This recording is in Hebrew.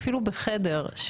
אפילו בחדר,